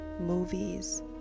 movies